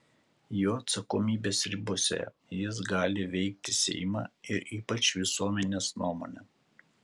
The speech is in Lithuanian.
jo atsakomybės ribose jis gali veikti seimą ir ypač visuomenės nuomonę